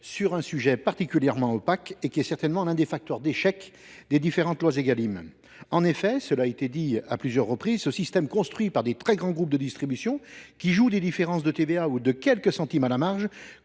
sur un sujet particulièrement opaque, qui est certainement l’un des facteurs d’échec des différentes lois Égalim. En effet, cela a été souligné à plusieurs reprises, ce système, construit par de très grands groupes de distribution, qui jouent des différences de TVA ou de quelques centimes d’euro à la marge,